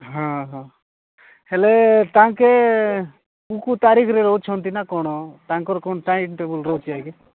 ହଁ ହଁ ହେଲେ ସେ କୋଉ କୋଉ ତାରିଖରେ ରହୁଛନ୍ତି ନା କ'ଣ ତାଙ୍କର କ'ଣ ଟାଇମ ଟେବୁଲ୍ ରହୁଛି ଆଜ୍ଞା